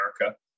America